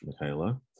Michaela